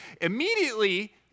Immediately